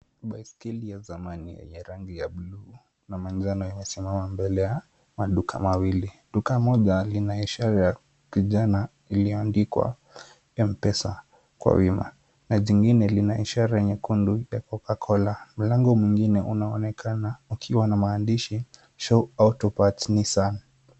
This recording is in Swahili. Baiskeli ya zamani yenye rangi ya buluu na manjano imesimama mbele ya maduka mawili. Duka moja, lina ishara ya kijani iliyoandikwa M-Pesa kwa wima na jingine lina ishara nyekundu ya CocaCola. Mlango mwingine unaonekana ukiwa na maandishi, Show Autoparts Nissan .